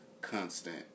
constant